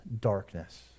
darkness